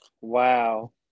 Wow